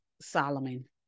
Solomon